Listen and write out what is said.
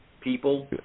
people